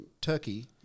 Turkey